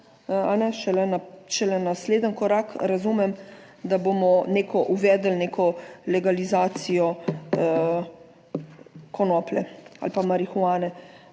Šele naslednji korak razumem, da bomo neko uvedli, neko legalizacijo. Konoplje ali pa marihuane.